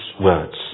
words